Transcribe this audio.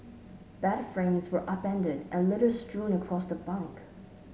bed frames were upended and litter strewn across the bunk